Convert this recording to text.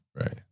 Right